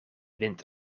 wint